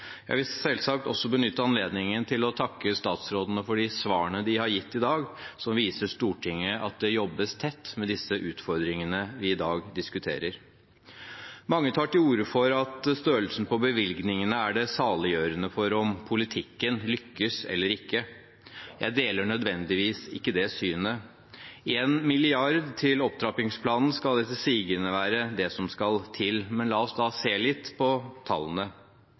Jeg vil selvsagt også benytte anledningen til å takke statsrådene for de svarene de har gitt i dag, og som viser Stortinget at det jobbes tett med disse utfordringene vi i dag diskuterer. Mange tar til orde for at størrelsen på bevilgningene er det saliggjørende for om politikken lykkes eller ikke. Jeg deler ikke nødvendigvis det synet. 1 mrd. kr til opptrappingsplanen skal etter sigende være det som skal til. Men la oss da se litt på tallene.